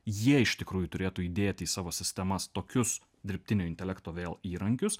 jie iš tikrųjų turėtų įdėti į savo sistemas tokius dirbtinio intelekto vėl įrankius